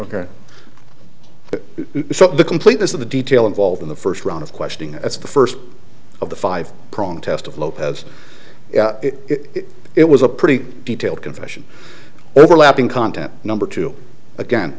of the completeness of the detail involved in the first round of questioning that's the first of the five prong test of lopez it was a pretty detailed confession overlapping content number two again